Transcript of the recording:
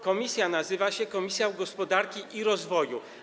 Komisja nazywa się: Komisja Gospodarki i Rozwoju.